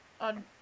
on